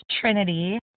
Trinity